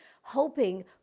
hoping